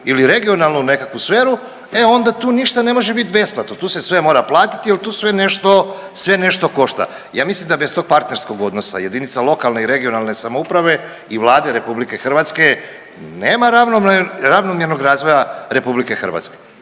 ili regionalnu nekakvu sferu e onda tu ništa ne može bit besplatno, tu se sve mora platiti jel tu sve nešto, sve nešto košta. Ja mislim da bez tog partnerskog odnosa jedinica lokalne i regionalne samouprave i Vlade RH nema ravnomjernog razvoja RH. Ako će